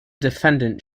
defendant